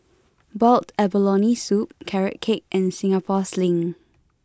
Boiled Abalone Soup Carrot Cake and Singapore Sling